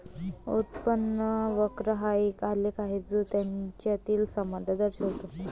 उत्पन्न वक्र हा एक आलेख आहे जो यांच्यातील संबंध दर्शवितो